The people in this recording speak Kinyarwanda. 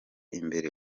imbere